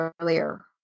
earlier